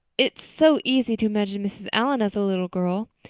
it's so easy to imagine mrs. allan as a little girl.